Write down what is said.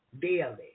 daily